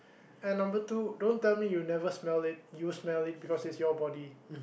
and number two don't tell me you never smell it you smell it because it's you body